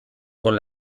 con